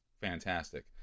fantastic